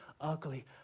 ugly